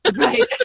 right